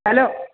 hello